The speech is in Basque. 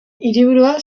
hiriburua